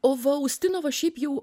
o va ustinova šiaip jau